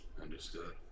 Understood